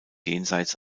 jenseits